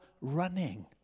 running